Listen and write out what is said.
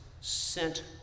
sent